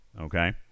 okay